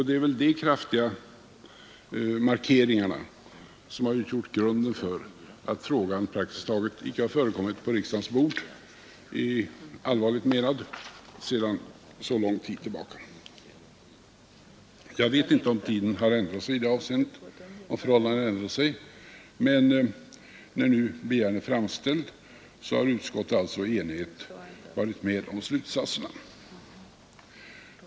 Det är väl de kraftiga markeringarna som har utgjort anledningen till att frågan praktiskt taget och allvarligt menad icke har förekommit på riksdagens bord sedan så lång tid tillbaka. Jag vet inte om tiden har ändrat någonting i förhållandena i det avseendet, men när nu en begäran är framställd har utskottet alltså varit enhälligt i sina slutsatser.